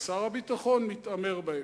ושר הביטחון מתעמר בהם.